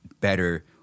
better